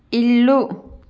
ఇల్లు